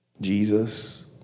Jesus